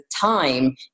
time